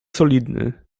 solidny